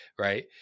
right